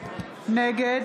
נגד